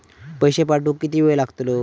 पैशे पाठवुक किती वेळ लागतलो?